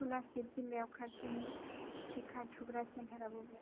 क'लासिब जिल्लायाव खाथिसिन टिका थुग्रा सेन्टारा बबे